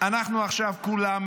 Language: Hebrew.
אנחנו עכשיו כולם מצמצמים,